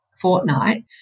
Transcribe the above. fortnight